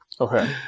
okay